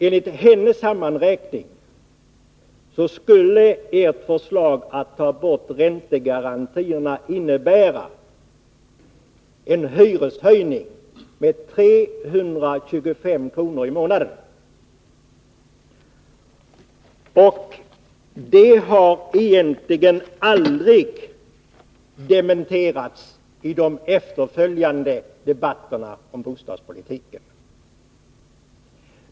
Enligt hennes sammanräkning skulle ert förslag att ta bort räntegarantierna innebära en hyreshöjning med 325 kr. i månaden. Det har egentligen aldrig dementerats i de efterföljande debatterna om bostadspolitiken.